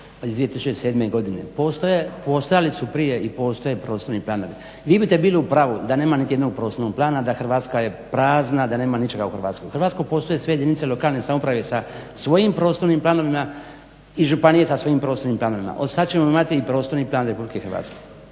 iz 2007.godine. postojali su prije i postoje prostorni planovi, vi bite bili u pravu da nema niti jednog prostornog plana, da Hrvatska je prazna, da nema ničega u Hrvatskoj. U Hrvatskoj postoje sve jedince lokalne samouprave sa svojim prostornim planovima i županije sa svojim prostornim planovima. Od sad ćemo imati i prostorni plan RH. Prema tome